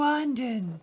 London